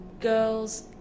girls